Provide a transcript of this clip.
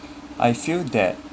I feel that